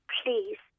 please